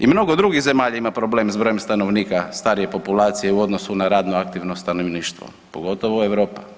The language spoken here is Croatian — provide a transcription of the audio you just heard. I mnogo drugih zemalja ima problema s brojem stanovnika starije populacije u odnosu na radno aktivno stanovništvo, pogotovo Europa.